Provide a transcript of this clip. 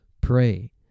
pray